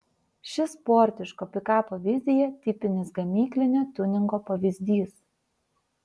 ši sportiško pikapo vizija tipinis gamyklinio tiuningo pavyzdys